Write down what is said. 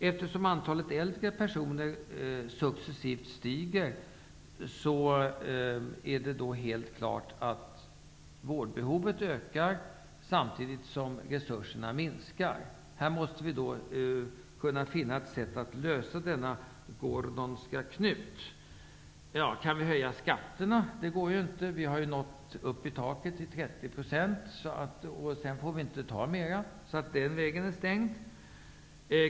Eftersom antalet äldre personer successivt stiger, är det helt klart att vårdbehovet ökar samtidigt som resurserna minskar. Vi måste finna ett sätt att lösa den gordiska knuten. Kan vi höja skatterna? Nej, det går inte. Vi har nått taket, 30 %. Sedan får vi inte ta mera. Den vägen är stängd.